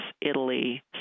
Italy